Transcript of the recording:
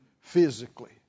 physically